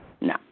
no